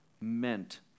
meant